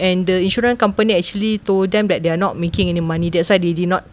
and the insurance company actually told them that they are not making any money that's why they did not